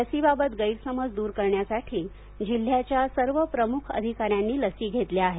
लसीबाबत गैरसमज दूर करण्यासाठी जिल्हाच्या सर्व प्रमुख अधिकाऱ्यांनी लस घेतल्या आहेत